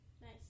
Nice